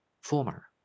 former